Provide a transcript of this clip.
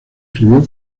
escribió